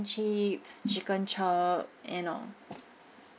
chips chicken chop you know